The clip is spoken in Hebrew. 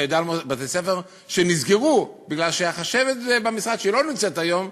אתה יודע על בתי-ספר שנסגרו כי החשבת במשרד לא נמצאת היום,